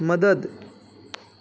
મદદ